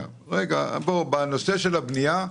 בנושא של הבנייה,